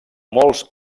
molts